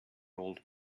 old